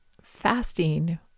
Fasting